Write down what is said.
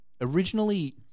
originally